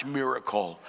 miracle